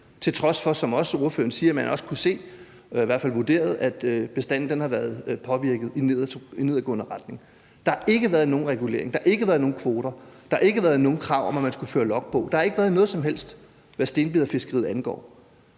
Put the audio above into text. til trods for, som ordføreren også siger, man har vurderet, at bestanden har været påvirket i nedadgående retning. Der har ikke været nogen regulering; der har ikke været nogen kvoter; der har ikke været nogen krav om, at man skulle føre logbog. Der har ikke været noget som helst, hvad stenbiderfiskeriet angår.